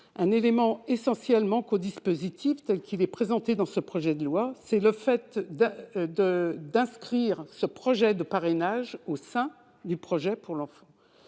un élément essentiel manque au dispositif tel qu'il est présenté dans ce projet de loi, à savoir le fait d'inscrire ce projet de parrainage au sein du projet pour l'enfant